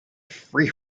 free